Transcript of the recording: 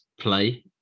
play